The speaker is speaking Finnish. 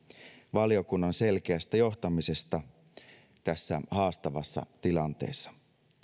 valiokunnan selkeästä johtamisesta tässä haastavassa tilanteessa